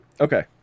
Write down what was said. okay